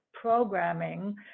programming